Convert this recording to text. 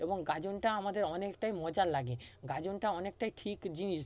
এবং গাজনটা আমাদের অনেকটাই মজার লাগে গাজনটা অনেকটাই ঠিক জিনিস